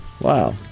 Wow